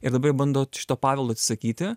ir dabar jie bando šito paveldo atsisakyti